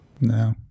No